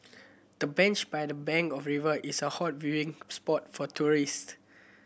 the bench by the bank of river is a hot viewing spot for tourist